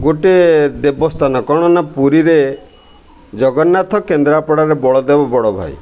ଗୋଟେ ଦେବସ୍ଥାନ କ'ଣ ନା ପୁରୀରେ ଜଗନ୍ନାଥ କେନ୍ଦ୍ରାପଡ଼ାରେ ବଳଦେବ ବଡ଼ ଭାଇ